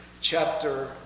chapter